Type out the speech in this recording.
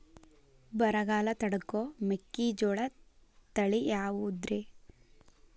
ಬರಗಾಲ ತಡಕೋ ಮೆಕ್ಕಿಜೋಳ ತಳಿಯಾವುದ್ರೇ?